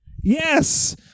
Yes